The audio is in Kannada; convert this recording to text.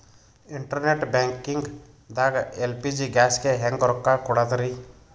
ಇಂಟರ್ನೆಟ್ ಬ್ಯಾಂಕಿಂಗ್ ದಾಗ ಎಲ್.ಪಿ.ಜಿ ಗ್ಯಾಸ್ಗೆ ಹೆಂಗ್ ರೊಕ್ಕ ಕೊಡದ್ರಿ?